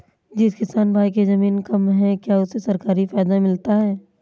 जिस किसान भाई के ज़मीन कम है क्या उसे सरकारी फायदा मिलता है?